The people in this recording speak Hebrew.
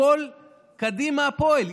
הכול "קדימה הפועל".